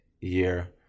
year